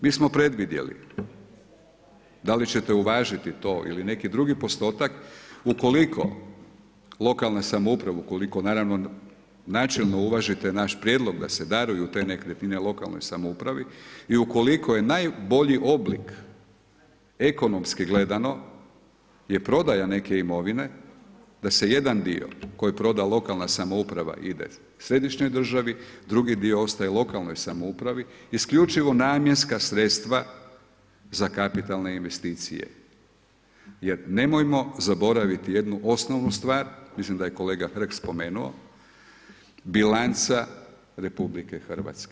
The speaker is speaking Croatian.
Mi smo predvidjeli da li ćete uvažiti to ili neki drugi postotak ukoliko lokalna samouprava, ukoliko naravno načelno uvažite naš prijedlog da se daruju te nekretnine lokalnoj samoupravi i ukoliko je najbolji oblik ekonomski gledano je prodaja neke imovine da se jedan dio koji proda lokalan samouprava ide središnjoj državi, drugi dio ostaje lokalnoj samoupravi, isključivo namjenska sredstva za kapitalne investicije jer nemoj zaboraviti jednu osnovnu stvar, mislim da je kolega Hrg spomenuo, bilanca RH.